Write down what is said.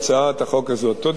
תודה, גברתי היושבת-ראש.